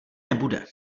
nebude